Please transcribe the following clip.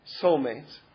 soulmates